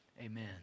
Amen